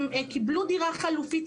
הם קיבלו דירה חלופית,